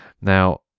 Now